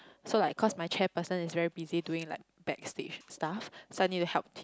so like cause my chairperson is very busy doing like backstage and stuff so I need to help him